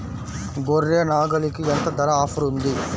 గొర్రె, నాగలికి ఎంత ధర ఆఫర్ ఉంది?